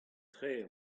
tre